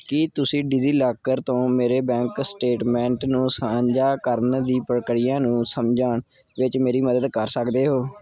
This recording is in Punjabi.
ਕੀ ਤੁਸੀਂ ਡਿਜੀਲਾਕਰ ਤੋਂ ਮੇਰੇ ਬੈਂਕ ਸਟੇਟਮੈਂਟ ਨੂੰ ਸਾਂਝਾ ਕਰਨ ਦੀ ਪ੍ਰਕਿਰਿਆ ਨੂੰ ਸਮਝਣ ਵਿੱਚ ਮੇਰੀ ਮਦਦ ਕਰ ਸਕਦੇ ਹੋ